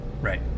Right